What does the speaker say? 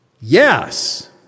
Yes